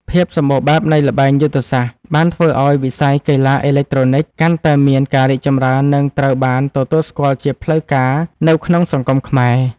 ភាពសម្បូរបែបនៃល្បែងយុទ្ធសាស្ត្របានធ្វើឱ្យវិស័យកីឡាអេឡិចត្រូនិកកាន់តែមានការរីកចម្រើននិងត្រូវបានទទួលស្គាល់ជាផ្លូវការនៅក្នុងសង្គមខ្មែរ។